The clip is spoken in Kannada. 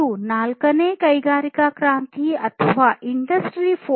ಇದು ನಾಲ್ಕನೇ ಕೈಗಾರಿಕಾ ಕ್ರಾಂತಿ ಅಥವಾ ಇಂಡಸ್ಟ್ರಿ 4